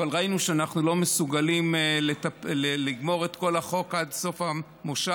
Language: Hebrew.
אבל ראינו שאנחנו לא מסוגלים לגמור את כל החוק עד סוף המושב,